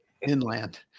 inland